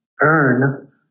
earn